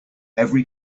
every